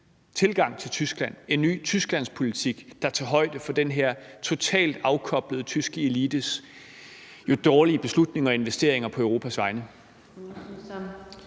tilgang til Tyskland, en ny tysklandspolitik, der tager højde for den her totalt afkoblede tyske elites dårlige beslutninger og investeringer på Europas vegne?